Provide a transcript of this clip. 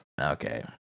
okay